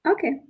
Okay